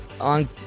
on